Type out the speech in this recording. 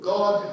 God